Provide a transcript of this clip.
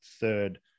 third